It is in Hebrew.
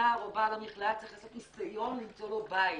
הווטרינר או בעל המכלאה צריך לעשות ניסיון למצוא לו בית.